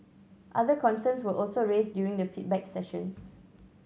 other concerns were also raised during the feedback sessions